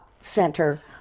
Center